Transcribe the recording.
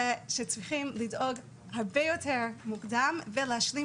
צריכים לדאוג הרבה יותר מוקדם ולהשלים